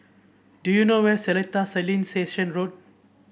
do you know where Seletar Satellite Station Road